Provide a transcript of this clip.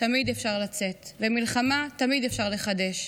תמיד אפשר לצאת, ומלחמה תמיד אפשר לחדש,